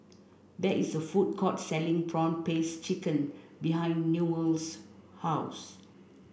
there is a food court selling prawn paste chicken behind Newell's house